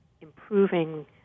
improving